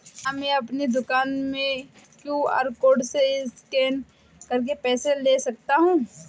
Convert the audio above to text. क्या मैं अपनी दुकान में क्यू.आर कोड से स्कैन करके पैसे ले सकता हूँ?